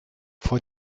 vor